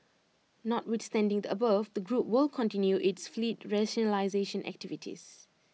notwithstanding the above the group will continue its fleet rationalisation activities